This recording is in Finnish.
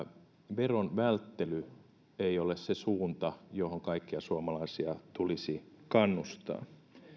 veronvälttely ei ole se suunta johon kaikkia suomalaisia tulisi kannustaa